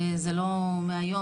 זה לא מהיום,